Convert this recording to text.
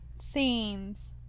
scenes